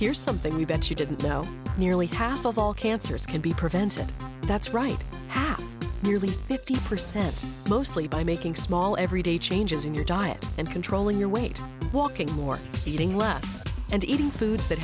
here's something you bet you didn't know nearly half of all cancers can be prevented that's right half nearly fifty percent mostly by making small everyday changes in your diet and controlling your weight walking more eating less and eating foods that